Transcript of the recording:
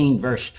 verse